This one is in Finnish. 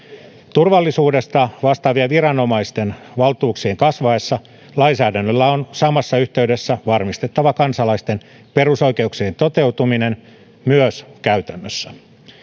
turvallisuudesta vastaavien viranomaisten valtuuksien kasvaessa lainsäädännöllä on samassa yhteydessä varmistettava kansalaisten perusoikeuksien toteutuminen myös käytännössä